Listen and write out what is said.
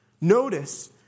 Notice